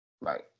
right